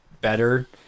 better